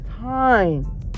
time